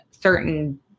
certain